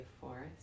forest